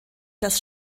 das